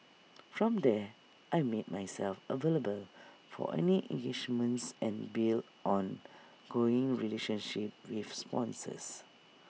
from there I made myself available for any engagements and built an ongoing relationship with sponsors